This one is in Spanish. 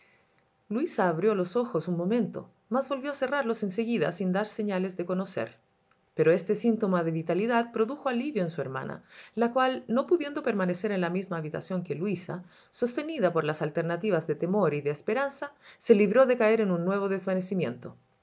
necesarios luisa abrió los ojos un momento mas volvió cerrarlos en seguida sin dar señales de conocer pero este síntoma de vitalidad produjo alivio en su hermana la cual no pudiendo permanecer en la misma habitación que luisa sostenida por las alternativas de temor y de esperanza se libró de caer en un nuevo desvanecimiento